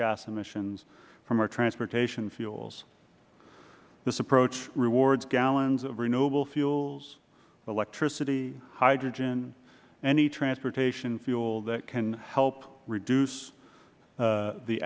gas emissions from our transportation fuels this approach rewards gallons of renewable fuels electricity hydrogen any transportation fuel that can help reduce